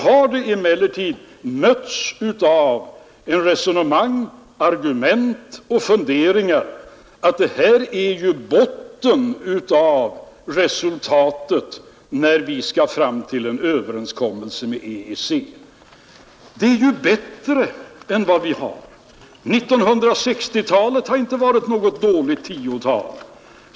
Men då har vi mötts av resonemang, argument och funderingar, som har inneburit att man menat detta vara botten av resultat, när vi skall träffa överenskommelse med EEC. Men det är ju bättre än vad vi har nu. 1960-talet var inte något dåligt decennium.